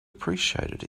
appreciate